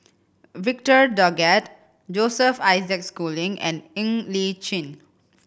Victor Doggett Joseph Isaac Schooling and Ng Li Chin